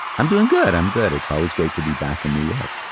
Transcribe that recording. i'm doing good. i'm good. it's always great to be back in new york.